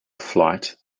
flight